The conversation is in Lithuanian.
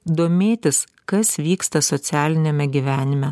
domėtis kas vyksta socialiniame gyvenime